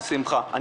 בשמחה.